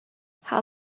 how